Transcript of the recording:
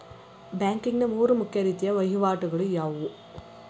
Banking ನ ಮೂರು ಮುಖ್ಯ ರೀತಿಯ ವಹಿವಾಟುಗಳು ಯಾವುವು?